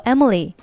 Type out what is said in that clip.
Emily”，